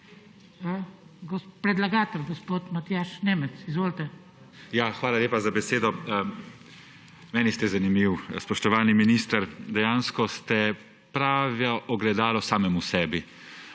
Predlagatelj gospod Matjaž Nemec, izvolite. **MATJAŽ NEMEC (PS SD):** Hvala lepa za besedo. Meni ste zanimivi, spoštovani minister, dejansko ste pravo ogledalo samemu sebi.